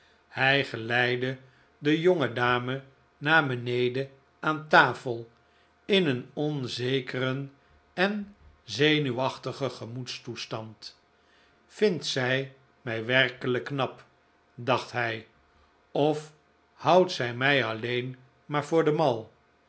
hij geleidde de jonge dame naar beneden aan tafel in een onzekeren en zenuwachtigen gemoedstoestand vindt zij mij werkelijk knap dacht hij of houdt zij mij alleen maar voor den mal